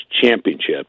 championships